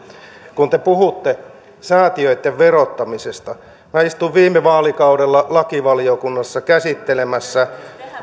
kun te puhutte säätiöitten verottamisesta minä istuin viime vaalikaudella lakivaliokunnassa käsittelemässä